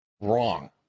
wrong